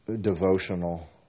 devotional